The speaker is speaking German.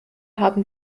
haben